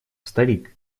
старик